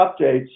updates